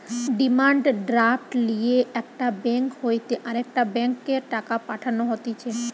demand draft লিয়ে একটা bank হইতে আরেকটা ব্যাংকে টাকা পাঠানো হতিছে